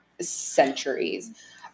centuries